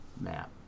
map